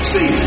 See